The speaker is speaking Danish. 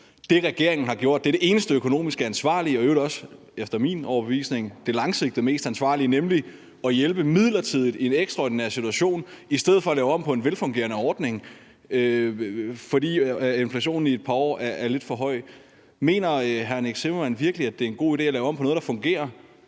Det, regeringen har gjort, er det eneste økonomisk ansvarlige og efter min overbevisning i øvrigt også det langsigtede mest ansvarlige, nemlig at hjælpe midlertidigt i en ekstraordinær situation i stedet for at lave om på en velfungerende ordning, fordi inflationen i et par år er lidt for høj. Mener hr. Nick Zimmermann virkelig, at det er en god idé at lave om på noget, der fungerer,